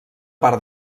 part